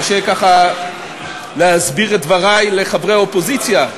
זה קשה כך להסביר את דברי לחברי האופוזיציה.